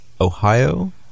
Ohio